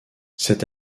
c’est